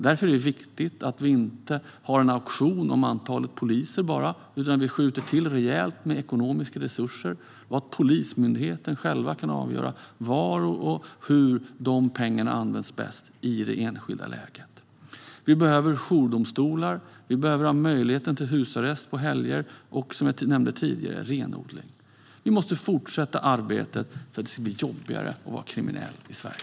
Därför är det viktigt att vi inte bara har en auktion om antalet poliser utan skjuter till rejält med ekonomiska resurser och låter Polismyndigheten själv avgöra var och hur de pengarna används bäst i det enskilda läget. Vi behöver jourdomstolar, möjlighet till husarrest på helger och, som jag nämnde tidigare, renodling. Vi måste fortsätta arbetet för att det ska bli jobbigare att vara kriminell i Sverige.